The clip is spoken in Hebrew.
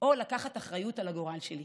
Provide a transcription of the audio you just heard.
או לקחת אחריות על הגורל שלי.